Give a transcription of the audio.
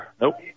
Nope